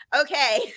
Okay